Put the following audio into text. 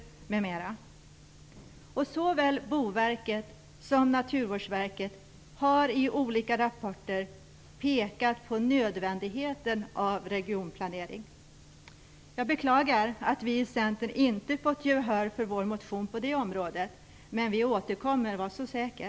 Såväl Boverket som Naturvårdsverket har i olika rapporter pekat på nödvändigheten av regionplanering. Jag beklagar att vi i Centern inte fått gehör för vår motion på det området, men vi återkommer - var så säker!